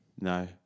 no